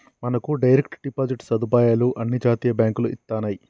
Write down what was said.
మనకు direct deposit సదుపాయాలు అన్ని జాతీయ బాంకులు ఇత్తన్నాయి